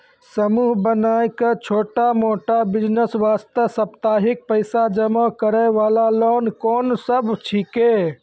समूह बनाय के छोटा मोटा बिज़नेस वास्ते साप्ताहिक पैसा जमा करे वाला लोन कोंन सब छीके?